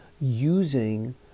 using